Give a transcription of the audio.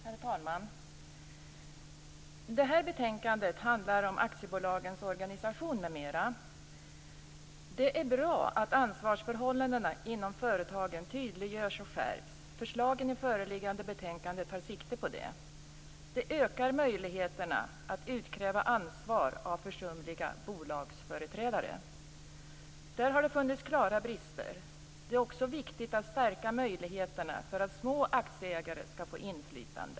Herr talman! Det här betänkandet handlar om aktiebolagets organisation m.m. Det är bra att ansvarsförhållandena inom företagen tydliggörs och skärps. Förslagen i föreliggande betänkande tar sikte på det. Det ökar möjligheterna att utkräva ansvar av försumliga bolagsföreträdare. Där har det funnits klara brister. Det är också viktigt att stärka möjligheterna för att små aktieägare skall få inflytande.